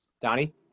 Donnie